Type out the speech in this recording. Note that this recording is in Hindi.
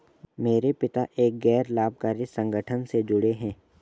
मेरे पिता एक गैर लाभकारी संगठन से जुड़े हैं